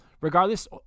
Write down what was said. Regardless